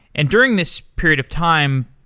and during this period of time,